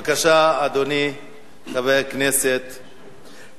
בבקשה, אדוני חבר הכנסת אמנון כהן.